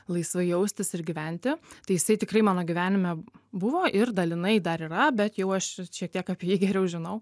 laisvai jaustis ir gyventi tai jisai tikrai mano gyvenime buvo ir dalinai dar yra bet jau aš šiek tiek apie jį geriau žinau